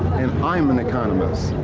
and i'm an economist.